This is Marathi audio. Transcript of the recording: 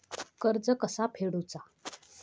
कर्ज कसा फेडुचा?